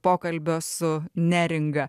pokalbio su neringa